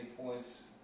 points